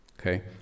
Okay